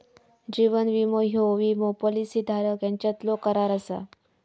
जीवन विमो ह्यो विमो पॉलिसी धारक यांच्यातलो करार असा